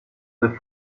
del